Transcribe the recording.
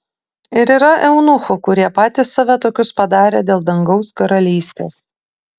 ir yra eunuchų kurie patys save tokius padarė dėl dangaus karalystės